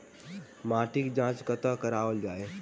माटिक जाँच कतह कराओल जाए?